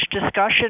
discussion